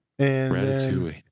Ratatouille